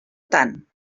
tant